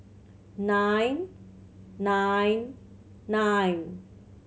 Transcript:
nine nine nine